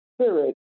spirit